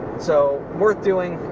so, worth doing,